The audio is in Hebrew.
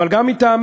אבל גם מטעמי,